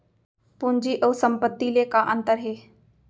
पूंजी अऊ संपत्ति ले का अंतर हे?